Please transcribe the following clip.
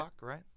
right